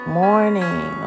morning